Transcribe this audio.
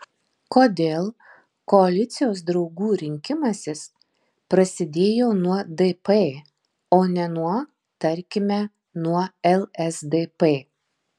kodėl koalicijos draugų rinkimasis prasidėjo nuo dp o ne nuo tarkime nuo lsdp